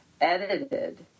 edited